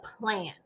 plan